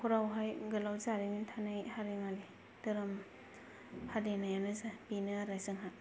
नखरावहाय गोलाव जारिमिन थानाय हारिमु धोरोम फालिनायानो बेनो आरो जोंहा